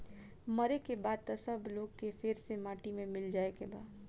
मरे के बाद त सब लोग के फेर से माटी मे मिल जाए के बा